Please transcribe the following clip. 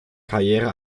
karriere